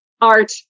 art